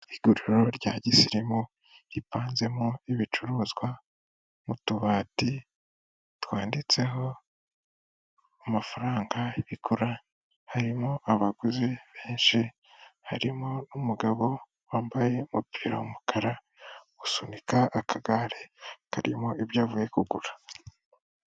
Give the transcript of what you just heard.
Iguriro rya girisimu, ripanzemo ibicuruzwa mu tubati twanditseho amafaranga bigura, harimo abaguzi benshi harimo umugabo wambaye umupira w'umukara, usunika akagare karimo ibyo avuye kugura.